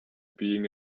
being